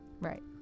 Right